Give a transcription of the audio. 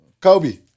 Kobe